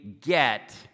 get